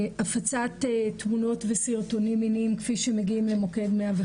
להפצת תמונות וסרטונים מיניים כפי שמגיעים למוקד 105